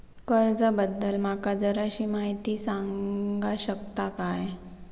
कर्जा बद्दल माका जराशी माहिती सांगा शकता काय?